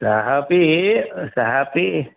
सः अपि सः अपि